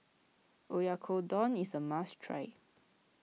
Oyakodon is a must try